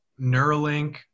Neuralink